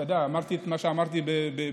אתה יודע, אמרתי את מה שאמרתי בציניות,